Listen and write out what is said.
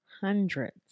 hundreds